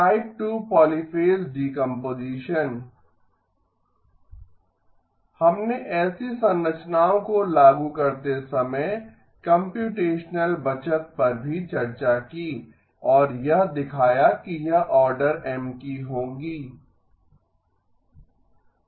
type 2 polyphase decomposition हमने ऐसी संरचनाओं को लागू करते समय कम्प्यूटेशनल बचत पर भी चर्चा की और यह दिखाया कि यह ऑर्डर M की होंगीं